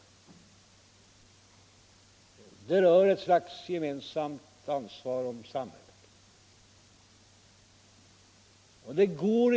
Det rör sig om ett gemensamt ansvar för samhället.